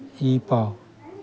E ꯄꯥꯎ